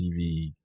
TV